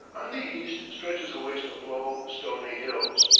on the east stretches a waste of low, stony hills,